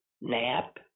Nap